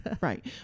right